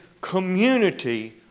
community